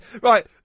right